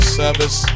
service